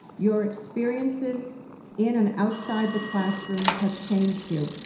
your experiences in and outside the classroom have changed you.